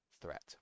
threat